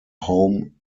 home